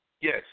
Yes